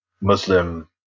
Muslim